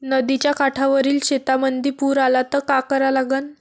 नदीच्या काठावरील शेतीमंदी पूर आला त का करा लागन?